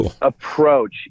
approach